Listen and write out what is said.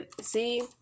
see